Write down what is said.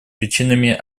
причинами